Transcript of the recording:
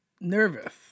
nervous